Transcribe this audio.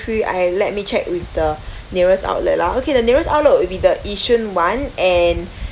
three I let me check with the nearest outlet lah okay the nearest outlet would be the yishun [one] and